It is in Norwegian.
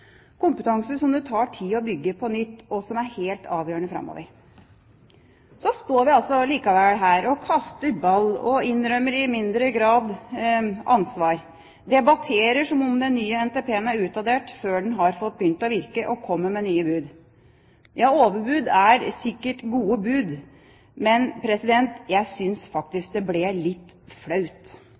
kompetanse som det tar tid å bygge på nytt, og som er helt avgjørende framover. Så står vi likevel her og kaster ball og innrømmer i mindre grad ansvar, debatterer som om den nye NTP-en er utdatert før den har fått begynt å virke, og kommer med nye bud. Ja, overbud er sikkert gode bud, men jeg synes faktisk det ble litt flaut.